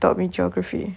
taught me geography